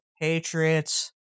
patriots